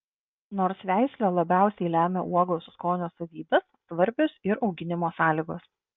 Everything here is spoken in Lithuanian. nors veislė labiausiai lemia uogos skonio savybes svarbios ir auginimo sąlygos